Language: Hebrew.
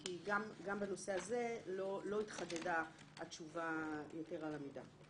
כי גם בנושא הזה לא התחדדה התשובה יתר על המידה.